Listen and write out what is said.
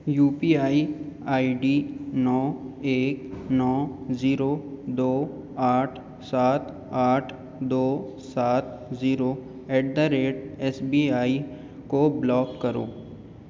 you P I I D نو ایک نو زیرو دو آٹھ سات آٹھ دو سات zero at the rate S B I کو بلاک کرو